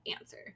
answer